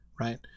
Right